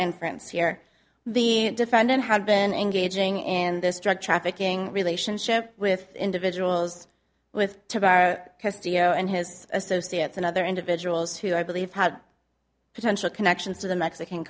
inference here the defendant had been engaging in this drug trafficking relationship with individuals with to bar and his associates and other individuals who i believe had potential connections to the mexican